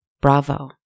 Bravo